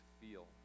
feel